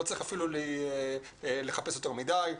לא צריך אפילו לחפש יותר מדי.